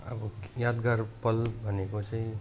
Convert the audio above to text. अब यादगार पल भनेको चाहिँ